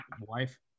wife